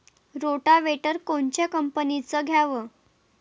Rotavator कोनच्या कंपनीचं घ्यावं?